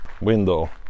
window